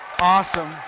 Awesome